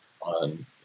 on